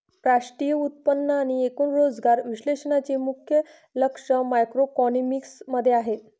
राष्ट्रीय उत्पन्न आणि एकूण रोजगार विश्लेषणाचे मुख्य लक्ष मॅक्रोइकॉनॉमिक्स मध्ये आहे